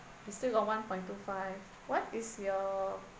we still got one point two five what is your